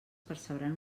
percebran